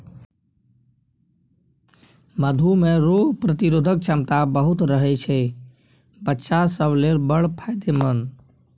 मधु मे रोग प्रतिरोधक क्षमता बहुत रहय छै बच्चा सब लेल बड़ फायदेमंद